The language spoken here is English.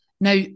Now